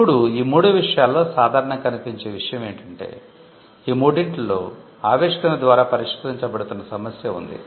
ఇప్పుడు ఈ మూడు విషయాలలో సాధారణంగా కనిపించే విషయం ఏమిటంటే ఈ మూడింటిలో ఆవిష్కరణ ద్వారా పరిష్కరించబడుతున్న సమస్య ఉంది